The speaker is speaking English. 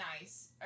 nice